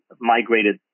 migrated